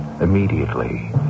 immediately